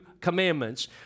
commandments